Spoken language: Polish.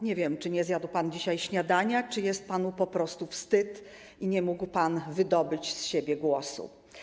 Nie wiem, czy nie zjadł pan dzisiaj śniadania, czy jest panu po prostu wstyd i nie mógł pan wydobyć z siebie głosu.